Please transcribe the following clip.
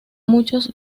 muchos